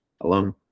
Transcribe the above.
alone